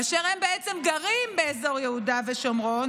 אשר הם בעצם גרים באזור יהודה ושומרון